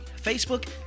Facebook